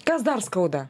kas dar skauda